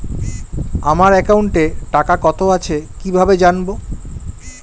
আমার একাউন্টে টাকা কত আছে কি ভাবে জানবো?